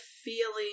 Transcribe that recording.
feeling